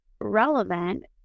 relevant